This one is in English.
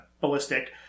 ballistic